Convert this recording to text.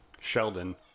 Sheldon